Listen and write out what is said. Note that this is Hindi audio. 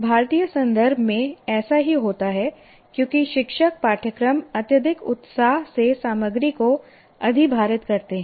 भारतीय संदर्भ में ऐसा ही होता है क्योंकि शिक्षकपाठ्यक्रम अत्यधिक उत्साह से सामग्री को अधिभारित करते हैं